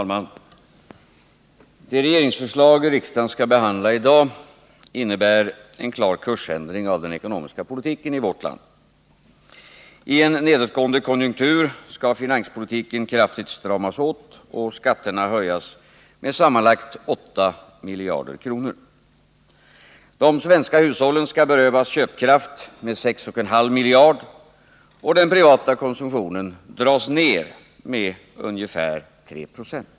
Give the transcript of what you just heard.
Fru talman! Det regeringsförslag riksdagen behandlar i dag innebär en klar kursändring av den ekonomiska politiken i vårt land. I en nedåtgående konjunktur skall finanspolitiken kraftigt stramas åt och skatterna höjas med sammanlagt 8 miljarder kronor. De svenska hushållen skall berövas köpkraft med 6,5 miljarder kronor och den privata konsumtionen dras ned med ungefär 3 o.